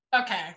okay